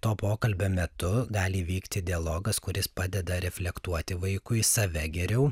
to pokalbio metu gali įvykti dialogas kuris padeda reflektuoti vaikui save geriau